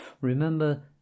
Remember